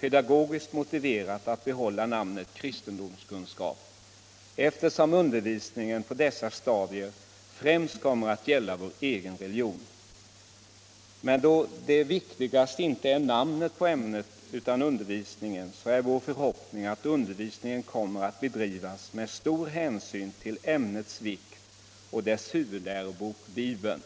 pedagogiskt motiverat att behålla namnet kristendomskunskap, eftersom undervisningen på dessa stadier främst kommer att gälla vår egen religion. Men då det viktigaste inte är namnet på ämnet utan undervisningen, är det vår förhoppning att undervisningen kommer att bedrivas med stor hänsyn till ämnets vikt och dess huvudlärobok, Bibeln.